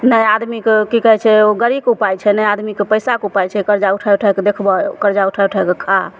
ने आदमीके की कहय छै गाड़ीके उपाय छै आओर ने आदमीके पैसाके उपाय छै कर्जा उठा उठाकऽ देखबऽ कर्जा उठा उठाकऽ खा